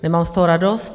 Nemám z toho radost.